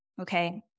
Okay